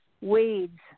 weeds